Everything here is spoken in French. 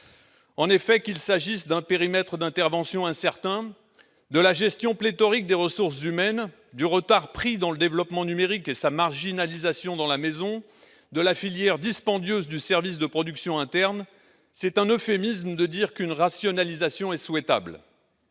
un ensemble opaque. Périmètre d'intervention incertain, gestion pléthorique des ressources humaines, retard pris dans le développement du numérique et sa marginalisation dans la maison, filière dispendieuse du service de production interne : c'est un euphémisme de dire qu'une rationalisation est souhaitable.